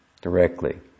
directly